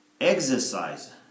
exercise